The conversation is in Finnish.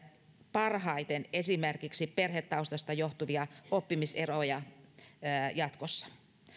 parhaiten esimerkiksi perhetaustasta johtuvia oppimiseroja jatkossa